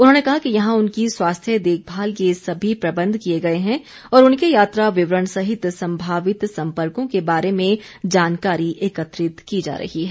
उन्होंने कहा कि यहां उनकी स्वास्थ्य देखभाल के सभी प्रबंध किए गए हैं और उनके यात्रा विवरण सहित संभावित सम्पर्कों के बारे में जानकारी एकत्रित की जा रही है